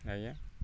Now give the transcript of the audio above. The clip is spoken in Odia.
ଆଜ୍ଞା